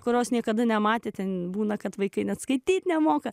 kurios niekada nematėte būna kad vaikai net skaityti nemoka